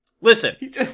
Listen